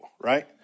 right